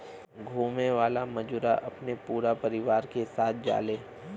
घुमे वाला मजूरा अपने पूरा परिवार के साथ जाले